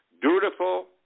dutiful